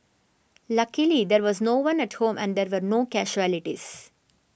luckily there was no one at home and there were no casualties